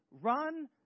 Run